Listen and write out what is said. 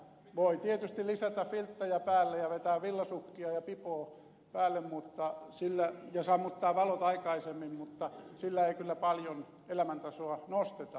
voi tietysti lisätä filttejä päälle ja vetää villasukkia ja pipoa päälle ja sammuttaa valot aikaisemmin mutta sillä ei kyllä paljon elämäntasoa nosteta